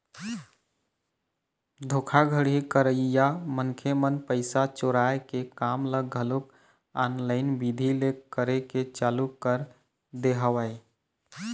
धोखाघड़ी करइया मनखे मन पइसा चोराय के काम ल घलोक ऑनलाईन बिधि ले करे के चालू कर दे हवय